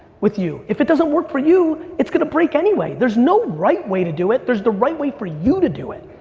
with you. if it doesn't work for you, it's gonna break anyway. there's no right way to do it, there's the right way for you to do it.